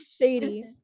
shady